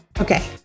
Okay